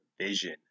vision